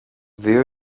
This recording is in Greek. δυο